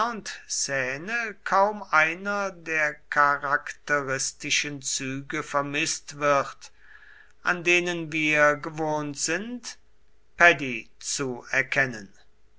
seine kaum einer der charakteristischen züge vermißt wird an denen wir gewohnt sind paddy zu erkennen